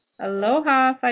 Aloha